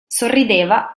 sorrideva